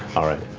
all right,